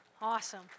Awesome